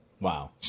Wow